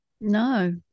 No